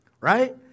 Right